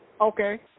Okay